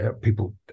people